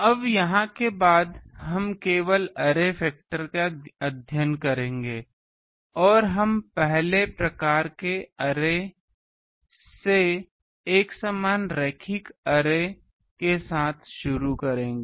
अब यहाँ के बाद हम केवल अरे फैक्टर का अध्ययन करेंगे और हम पहले प्रकार के अरे से एकसमान रैखिक अरे के साथ शुरू करेंगे